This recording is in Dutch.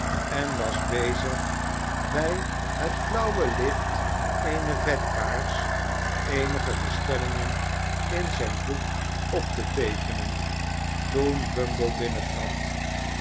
en was bezig bij het flauwe licht eener vetkaars eenige bestellingen in zijn boek op te teekenen toen bumble